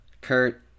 Kurt